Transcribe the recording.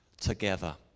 together